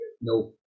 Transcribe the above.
no